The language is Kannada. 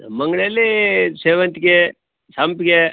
ನಮ್ಮ ಅಂಗ್ಡಿಲ್ಲಿ ಸೇವಂತಿಗೆ ಸಂಪಿಗೆ